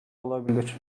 olabilir